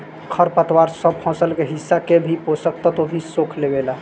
खर पतवार सब फसल के हिस्सा के भी पोषक तत्व भी सोख लेवेला